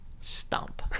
stump